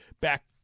back